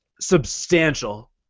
substantial